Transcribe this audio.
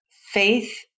faith